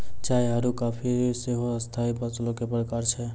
चाय आरु काफी सेहो स्थाई फसलो के प्रकार छै